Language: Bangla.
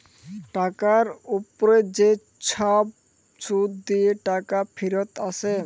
টাকার উপ্রে যে ছব সুদ দিঁয়ে টাকা ফিরত আসে